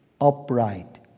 upright